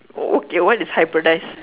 okay what is hybridize